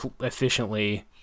efficiently